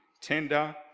tender